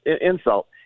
insult